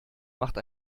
macht